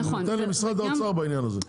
אני נותן למשרד האוצר בעניין הזה,